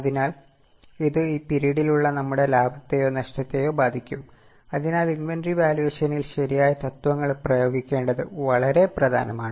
അതിനാൽ ഇത് ഈ പിരീഡിൽ ഉള്ള നമ്മുടെ ലാഭത്തെയോ നഷ്ടത്തെയോ ബാധിക്കും അതിനാൽഇന്വെന്ററി വാല്യൂവേഷനിൽ ശരിയായ തത്ത്വങ്ങൾ പ്രയോഗിക്കേണ്ടത് വളരെ പ്രധാനമാണ്